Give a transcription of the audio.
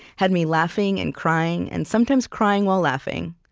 had me laughing and crying and sometimes crying while laughing.